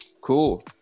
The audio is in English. cool